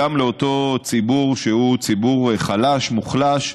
גם לאותו ציבור חלש, מוחלש,